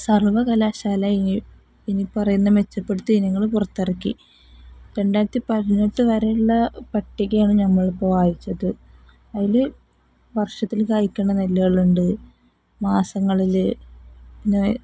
സർവകലാശാല ഇനി ഇനിപ്പറയുന്ന മെച്ചപ്പെടുത്തിയ ഇനങ്ങള് പുറത്തിറക്കി രണ്ടായിരത്തി പതിനെട്ട് വരെയുള്ള പട്ടികയാണ് നമ്മളിപ്പോള് വായിച്ചത് അതില് വർഷത്തില് കായ്ക്കുന്ന നെല്ലുകളുണ്ട് മാസങ്ങളില് പിന്നെ